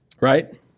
right